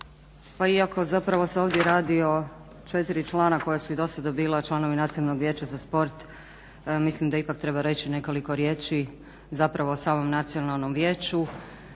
Pa iako se zapravo ovdje radi o četiri člana koji su i dosada bili članovi nacionalnog vijeća za sport. Mislim da ipak treba reći nekoliko riječi zapravo o samom nacionalnom vijeću